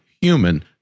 human